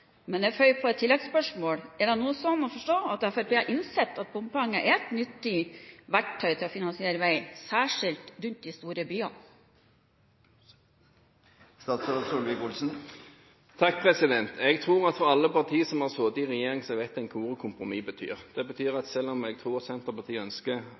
er klare. Men jeg føyer til et tilleggsspørsmål: Er det nå slik å forstå at Fremskrittspartiet har innsett at bompenger er et nyttig verktøy til å finansiere vei – særskilt rundt de store byene? Jeg tror at alle partier som har sittet i regjering, vet hva ordet «kompromiss» betyr. Det betyr at selv om jeg tror at Senterpartiet ønsker